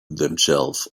themselves